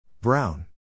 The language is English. Brown